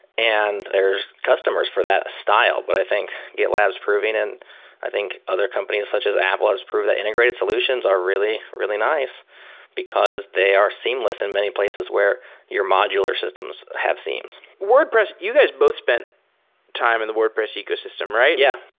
and there's customers for that style, but i think gitlab is proving it and i think other companies such as apple has proved that integrated solutions are really, really nice because they are seamless in many places where your modular systems have seen. wordpress, you guys both spent time in the wordpress ecosystem, right? yeah.